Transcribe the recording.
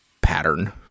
pattern